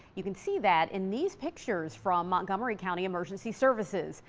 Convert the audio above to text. you can see that in these pictures from montgomery county emergency services,